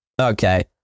okay